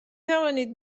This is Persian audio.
توانید